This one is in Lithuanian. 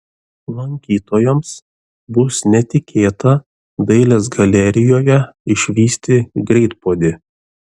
lankytojams bus netikėta dailės galerijoje išvysti greitpuodį